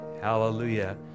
Hallelujah